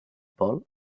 vol